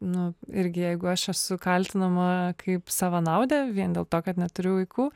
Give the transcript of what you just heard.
nu irgi jeigu aš esu kaltinama kaip savanaudė vien dėl to kad neturiu vaikų